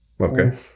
Okay